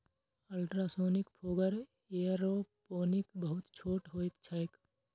ultrasonic fogger aeroponic बहुत छोट होइत छैक